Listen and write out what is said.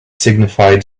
signified